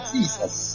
Jesus